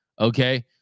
Okay